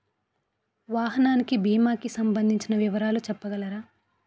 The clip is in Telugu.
వాహనానికి భీమా కి సంబందించిన వివరాలు చెప్పగలరా?